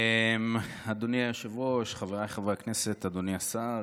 אדוני היושב-ראש, חבריי חברי הכנסת, אדוני השר,